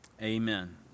Amen